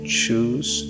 choose